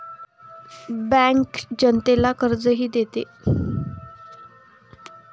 bank जनतेला कर्जही देते